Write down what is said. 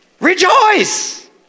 Rejoice